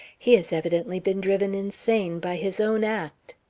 he has evidently been driven insane by his own act.